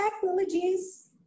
technologies